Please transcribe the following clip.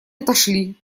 отошли